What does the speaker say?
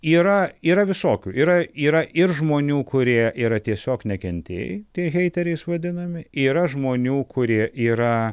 yra yra visokių yra yra ir žmonių kurie yra tiesiog nekentėjai tie heiteriais vadinami yra žmonių kurie yra